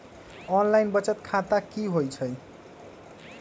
Online बचत खाता की होई छई?